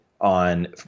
on